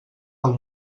del